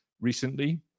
recently